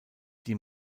die